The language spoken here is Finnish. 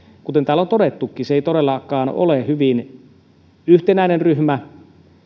kuten täällä on todettukin ei todellakaan ole kovin yhtenäinen ryhmä